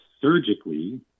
surgically